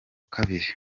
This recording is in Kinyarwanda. kabiri